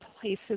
places